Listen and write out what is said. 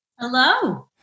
Hello